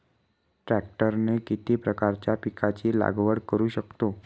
ट्रॅक्टरने किती प्रकारच्या पिकाची लागवड करु शकतो?